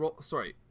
sorry